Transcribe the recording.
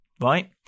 right